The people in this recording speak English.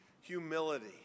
Humility